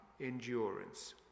endurance